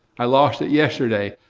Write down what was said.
i lost it yesterday.